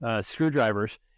screwdrivers